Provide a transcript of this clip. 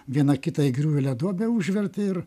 vieną kitą įgriuvėlę duobę užvertė ir